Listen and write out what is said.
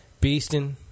beasting